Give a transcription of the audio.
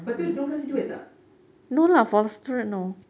lepas tu dia orang kasih duit tak